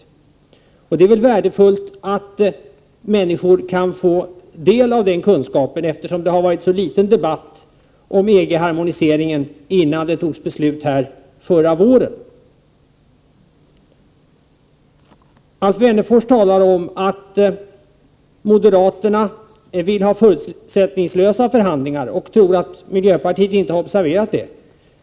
Det är väl värdefullt att människor kan få del av den kunskapen, eftersom det var så litet debatt om EG-harmoniseringen innan beslut fattades här förra våren. Alf Wennerfors talar om att moderaterna vill ha förutsättningslösa förhandlingar, och han tror att miljöpartiet inte har observerat det.